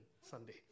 Sunday